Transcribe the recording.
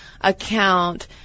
account